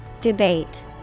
Debate